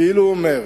כאילו אומר: